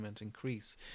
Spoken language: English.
increase